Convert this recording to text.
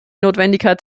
notwendigkeit